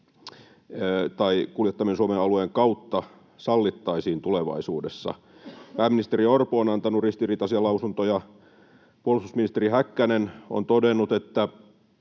tai kuljettaminen Suomen alueen kautta sallittaisiin tulevaisuudessa. Pääministeri Orpo on antanut ristiriitaisia lausuntoja. Puolustusministeri Häkkänen on todennut, että